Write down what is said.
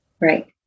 Right